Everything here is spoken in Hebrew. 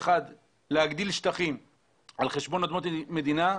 אחד להגדיל שטחים על חשבון אדמות מדינה,